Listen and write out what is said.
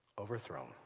overthrown